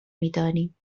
میدانیم